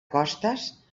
costes